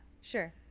sure